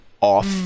off